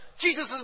Jesus